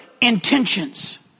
intentions